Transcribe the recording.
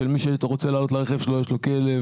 שמי שרוצה לעלות לרכב שלו יש לו כלב,